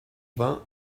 vingt